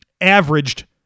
averaged